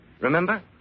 Remember